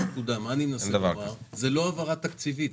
זה לא העברה תקציבית.